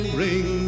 ring